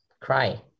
cry